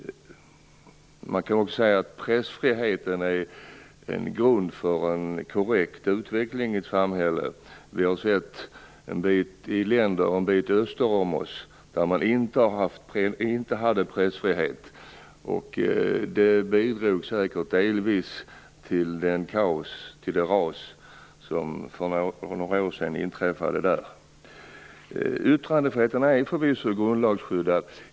Man kan också säga att pressfriheten är en grund för en korrekt utveckling i ett samhälle. Vi har sett länder en bit öster om oss där man inte hade pressfrihet. Det bidrog säkert delvis till det kaos och det ras som inträffade där för några år sedan. Yttrandefriheten är förvisso grundlagsskyddad.